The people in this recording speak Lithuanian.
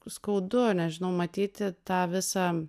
skaudu nežinau matyti tą visą